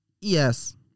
Yes